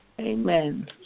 Amen